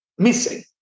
Missing